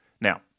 Now